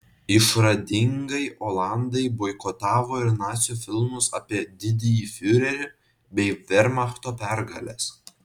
išradingai olandai boikotavo ir nacių filmus apie didįjį fiurerį bei vermachto pergales